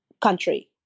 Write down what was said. country